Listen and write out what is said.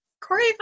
Corey